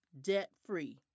debt-free